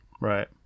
Right